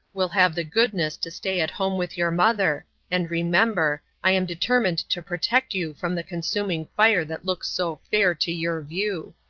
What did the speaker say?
will have the goodness to stay at home with your mother and remember, i am determined to protect you from the consuming fire that looks so fair to your view.